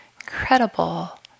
incredible